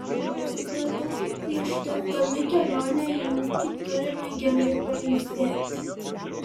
supratau kad prieš tęsdami kelionę į ūkį turime gerai pailsėti